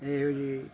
ਇਹੋ ਜਿਹੀ